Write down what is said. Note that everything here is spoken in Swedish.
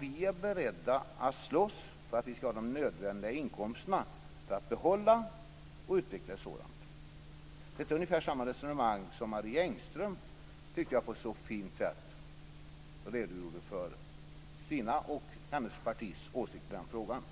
Vi är beredda att slåss för att vi ska ha de nödvändiga inkomsterna för att behålla och utveckla ett sådant. Det är ungefär samma resonemang som när Marie Engström på ett så fint sätt, tyckte jag, redogjorde för sina och sitt partis åsikter i den här frågan.